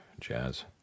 jazz